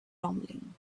rumbling